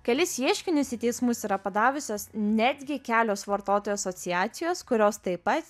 kelis ieškinius į teismus yra padavusios netgi kelios vartotojų asociacijos kurios taip pat